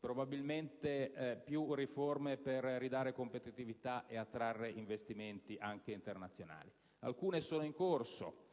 probabilmente bisogno di più riforme per ridare competitività ed attrarre investimenti anche internazionali. Alcune sono in corso: